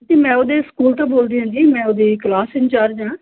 ਜੀ ਮੈਂ ਉਹਦੇ ਸਕੂਲ ਤੋਂ ਬੋਲਦੀ ਹਾਂ ਜੀ ਮੈਂ ਉਹਦੀ ਕਲਾਸ ਇੰਚਾਰਜ ਹਾਂ